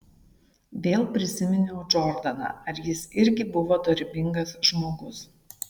vėl prisiminiau džordaną ar jis irgi buvo dorybingas žmogus